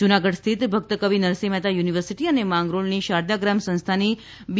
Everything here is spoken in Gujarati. જુનાગઢ સ્થિત ભક્ત કવિ નરસિંહ મહેતા યુનિવર્સિટી અને માંગરોળની શારદાગ્રામ સંસ્થાની બી